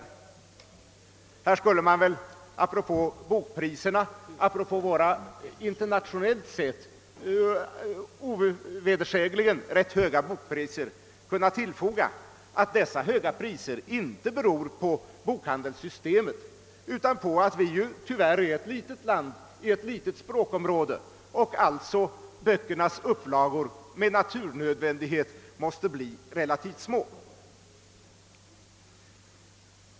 Härvidlag skulle man väl apropå våra internationellt sett ovedersägligen rätt höga bokpriser kunna tillfoga, att dessa höga priser inte beror på bokhandelssystemet utan på att Sverige tyvärr är ett litet land med ett litet språkområde och att alltså böckernas upplagor med naturnödvändighet blir relativt små.